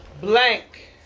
Blank